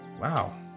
Wow